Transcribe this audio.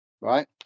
right